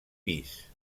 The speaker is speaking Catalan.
pis